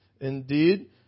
Indeed